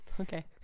Okay